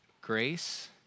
grace